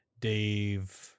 Dave